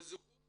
בזכות